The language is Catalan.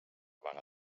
vaga